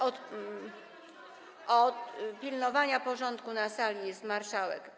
Od pilnowania porządku na sali jest marszałek.